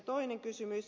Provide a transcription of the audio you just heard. toinen kysymys